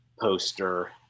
poster